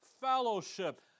fellowship